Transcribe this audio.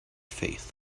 faith